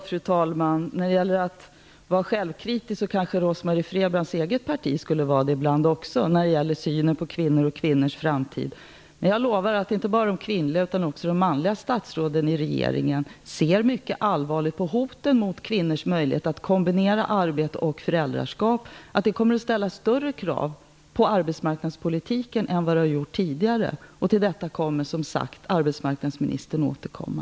Fru talman! Apropå att vara självkritisk kanske även Rose-Marie Frebrans eget parti borde vara det ibland när det gäller synen på kvinnor och kvinnors framtid. Jag lovar att inte bara de kvinnliga utan också de manliga statsråden i regeringen ser mycket allvarligt på hoten mot kvinnors möjlighet att kombinera arbete och föräldraskap. Det kommer att ställas större krav på arbetsmarknadspolitiken än tidigare, och till det kommer, som sagt, arbetsmarknadsministern att återkomma.